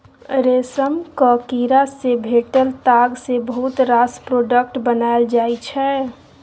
रेशमक कीड़ा सँ भेटल ताग सँ बहुत रास प्रोडक्ट बनाएल जाइ छै